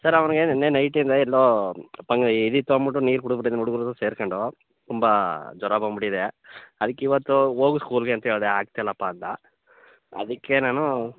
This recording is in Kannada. ಸರ್ ಅವ್ನಿಗೆ ನೆನ್ನೆ ನೈಟಿಂದ ಎಲ್ಲೋ ಫಂಗ್ ಇದಿತ್ತು ಅನ್ಬಿಟ್ಟು ನೀರು ಕುಡಿದ್ಬಿಟಿದನೆ ಹುಡುಡುಗ್ರು ಸೇರ್ಕೊಂಡು ತುಂಬ ಜ್ವರ ಬಂಬಿಟ್ಟಿದೆ ಅದಕ್ಕಿವತ್ತು ಹೋಗು ಸ್ಕೂಲಿಗೆ ಅಂತ ಹೇಳ್ದೆ ಆಗ್ತಾ ಇಲ್ಲಪ್ಪ ಅಂದ ಅದಕ್ಕೆ ನಾನು